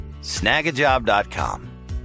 Snagajob.com